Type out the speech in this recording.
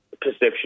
perception